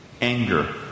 anger